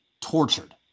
tortured